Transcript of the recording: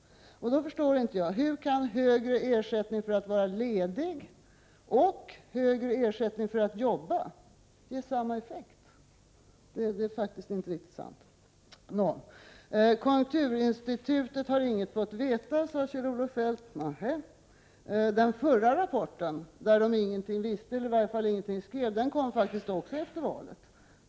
Då förstår jag inte hur högre ersättning för att vara ledig och högre ersättning för att jobba ger samma effekt. Det är faktiskt inte riktigt sant. Konjunkturinstitutet har inget fått veta, sade Kjell-Olof Feldt. Nej, den förra rapporten, där konjunkturinstitutet inget visste eller i varje fall ingenting skrev, kom faktiskt också efter valet.